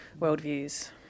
worldviews